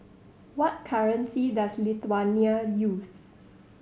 what currency does Lithuania use